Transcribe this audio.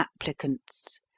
applicants